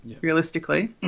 realistically